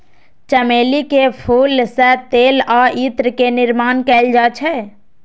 चमेली के फूल सं तेल आ इत्र के निर्माण कैल जाइ छै